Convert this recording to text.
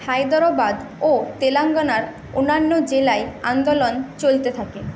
হায়দ্রাবাদ ও তেলেঙ্গানার অন্যান্য জেলায় আন্দোলন চলতে থাকে